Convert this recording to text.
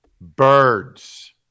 birds